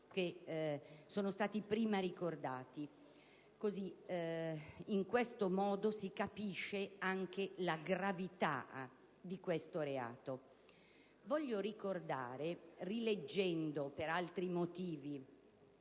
che sono stati prima ricordati. In questo modo si capisce anche la gravità di questo reato. Voglio ricordare, rileggendo per altri motivi